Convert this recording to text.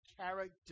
character